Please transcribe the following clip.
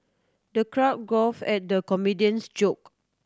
the crowd guffawed at the comedian's joke